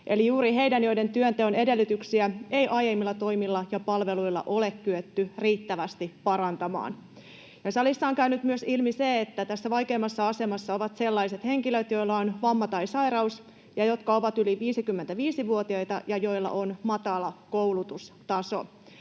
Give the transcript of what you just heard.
eli juuri heitä, joiden työnteon edellytyksiä ei aiemmilla toimilla ja palveluilla ole kyetty riittävästi parantamaan. Salissa on käynyt ilmi myös se, että tässä vaikeimmassa asemassa ovat sellaiset henkilöt, joilla on vamma tai sairaus ja jotka ovat yli 55-vuotiaita ja joilla on matala koulutustaso.